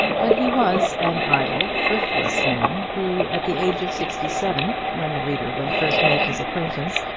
but he was an idle, thriftless man, who, at the age of sixty-seven, when the reader will first make his acquaintance,